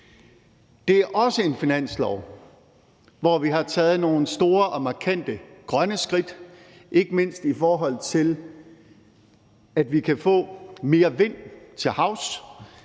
Det er også en finanslov, hvor vi har taget nogle store og markante grønne skridt, ikke mindst i forhold til at vi kan få mere energi fra